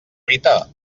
rita